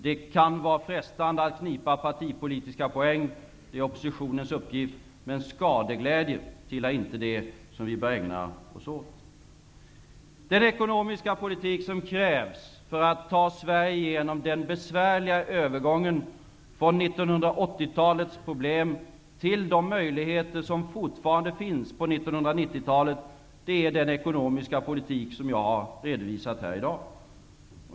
Det kan vara frestande att knipa partipolitiska poäng -- det är oppositionens uppgift -- men skadeglädje tillhör inte det som vi bör ägna oss åt. Den ekonomiska politik som krävs för att ta Sverige genom den besvärliga övergången från 1980-talets problem till de möjligheter som fortfarande finns på 1990-talet är den ekonomiska politik som jag har redovisat här i dag.